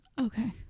Okay